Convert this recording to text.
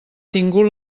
tingut